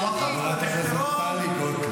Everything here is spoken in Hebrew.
ישראל נחלת אבותינו.